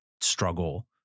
struggle